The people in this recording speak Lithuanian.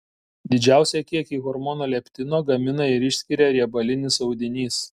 didžiausią kiekį hormono leptino gamina ir išskiria riebalinis audinys